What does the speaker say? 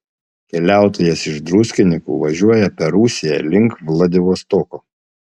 keliautojas iš druskininkų važiuoja per rusiją link vladivostoko